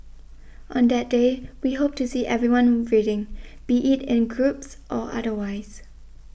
on that day we hope to see everyone reading be it in groups or otherwise